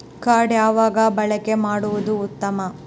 Card ಯಾವಾಗ ಬಳಕೆ ಮಾಡುವುದು ಉತ್ತಮ?